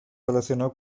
relacionó